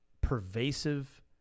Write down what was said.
pervasive